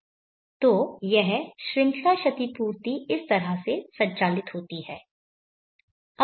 तो यह श्रृंखला क्षतिपूर्ति इस तरह से संचालित होती है